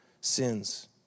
sins